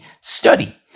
study